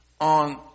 on